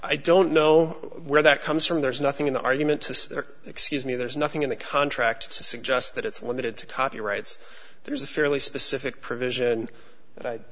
don't know where that comes from there's nothing in the argument to excuse me there's nothing in the contract to suggest that it's limited to copyrights there's a fairly specific provision